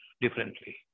differently